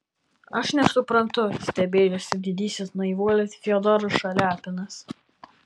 aš nesuprantu stebėjosi didysis naivuolis fiodoras šaliapinas